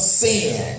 sin